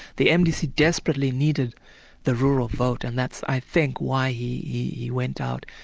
the mdc desperately needed the rural vote, and that's i think why he went out.